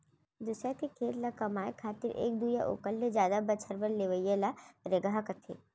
दूसर के खेत ल कमाए खातिर एक दू या ओकर ले जादा बछर बर लेवइ ल रेगहा कथें